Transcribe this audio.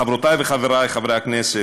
חברותי וחברי חברי הכנסת,